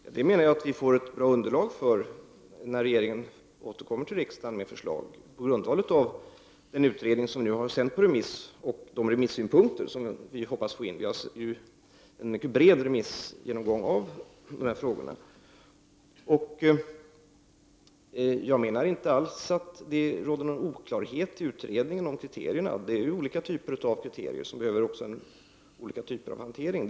Herr talman! Jag menar att vi får ett underlag för det när regeringen återkommer till riksdagen med förslag på grundval av den utredning som nu har sänts på remiss och de remissynpunkter som vi hoppas få in. Vi gör en mycket bred remissgenomgång av de här frågorna. Jag menar att det i utredningen inte alls råder någon oklarhet om kriterierna. Det är olika typer av kriterier, som också kräver olika slag av hantering.